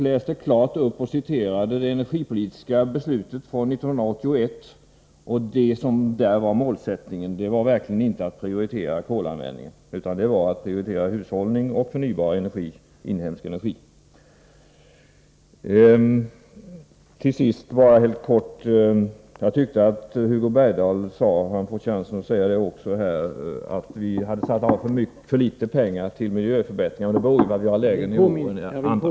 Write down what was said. Jag citerade det energipolitiska beslutet från 1981 och målsättningen där, och det var verkligen inte en prioritering av kolanvändningen. Det var i stället fråga om att prioritera hushållning och förnybar, inhemsk energi. Till sist bara helt kort: Jag tyckte att Hugo Bergdahl sade, han får chansen att säga det igen, att vi hade avsatt för litet pengar till miljöförbättringar, och att detta beror på att vi har lägre nivå än antal.